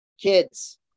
Kids